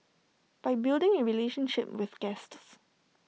by building A relationship with guests